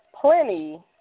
plenty